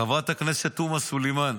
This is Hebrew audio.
חברת הכנסת תומא סלימאן,